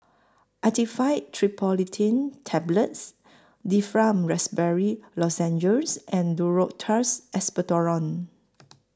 Actifed Triprolidine Tablets Difflam Raspberry Lozenges and Duro Tuss Expectorant